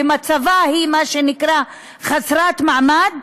ומצבה הוא מה שנקרא "חסרת מעמד",